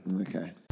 Okay